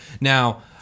Now